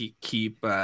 keep –